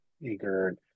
eager